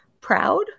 proud